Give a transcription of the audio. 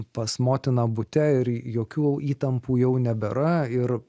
pas motiną bute ir jokių įtampų jau nebėra ir